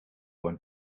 want